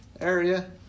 area